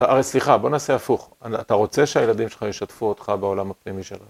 סליחה, בוא נעשה הפוך, אתה רוצה שהילדים שלך ישתפו אותך בעולם הפנימי שלנו?